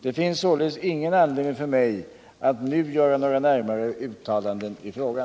Det finns således ingen anledning för mig att nu göra några närmare uttalanden i frågan.